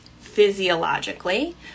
physiologically